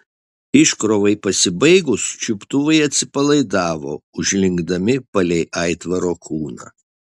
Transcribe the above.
iškrovai pasibaigus čiuptuvai atsipalaidavo užlinkdami palei aitvaro kūną